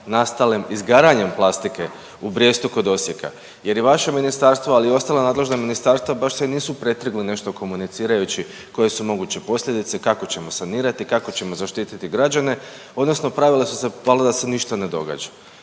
nastalim izgaranjem plastike u Brijestu kod Osijeka? Jer i vaše ministarstvo, ali i ostala nadležna ministarstva baš se nisu pretrgli nešto komunicirajući koje su moguće posljedice, kako ćemo sanirati, kako ćemo zaštiti građane odnosno pravili su se valda da se ništa ne događa,